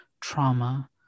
trauma